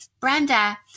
Brenda